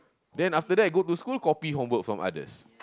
then after that go to school copy homework from others